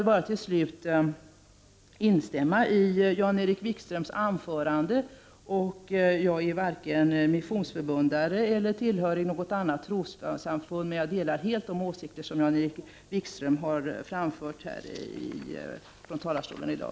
Till slut vill jag instämma i Jan-Erik Wikströms anförande. Jag är varken missionsförbundare eller tillhörig något annat trossamfund, men jag delar helt de åsikter som Jan-Erik Wikström har framfört här från talarstolen i dag.